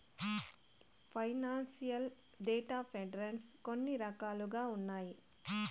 financial data vendors కొన్ని రకాలుగా ఉన్నాయి